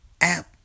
app